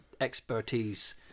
expertise